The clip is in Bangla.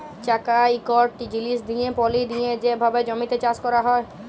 চাকা ইকট জিলিস দিঁয়ে পলি দিঁয়ে যে ভাবে জমিতে চাষ ক্যরা হয়